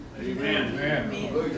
Amen